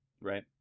Right